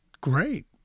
great